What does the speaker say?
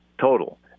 total